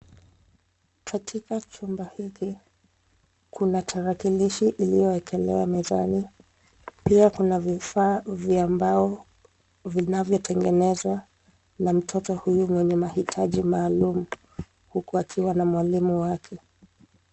Katika chumba hiki kuna tarakilishi iliyowekelewa mezani pia kuna vifaa vya mbao vinavyotengenezwa na mtoto huyu mwenye mahitaji maalum huku wakiwa na mwalimu wake.